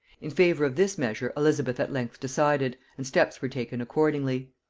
in favor of this measure elizabeth at length decided, and steps were taken accordingly.